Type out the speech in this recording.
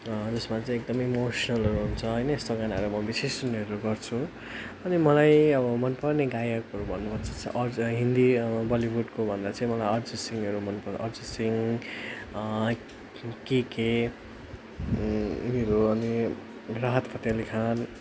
जसमा चाहिँ एकदमै इमोसनलहरू हुन्छ होइन यस्तो गानाहरू म विशेष सुन्नेहरू गर्छु अनि मलाई अब मनपर्ने गायकहरू भन्नुपर्दा चाहिँ अझै हिन्दी बलिउडको भन्दा चाहिँ मलाई अरिजित सिँहहरू मनपर्छ अरिजित सिँह के के उयोहरू अनि राहत फतेह अली खान